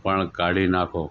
પણ કાઢી નાખો